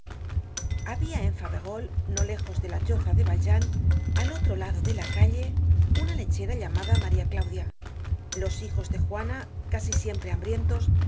habia en faverolles no lejos de la choza de valjean al otro lado de la calle una lechera llamada maría claudia los hijos de juana casi siempre hambrientos